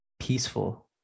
peaceful